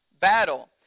Battle